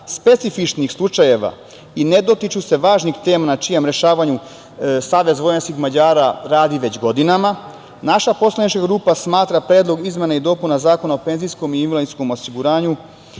specifičnih slučajeva i ne dotiču se važnih tema, na čijem rešavanju SVM radi već godinama. Naša poslanička grupa smatra Predlog izmena i dopuna Zakona o penzijskom i invalidskom osiguranju